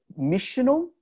missional